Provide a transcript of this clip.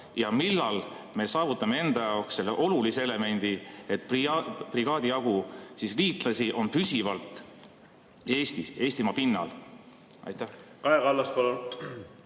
ja millal me saavutame enda jaoks selle olulise elemendi, et brigaadi jagu liitlasi on püsivalt Eestis, Eestimaa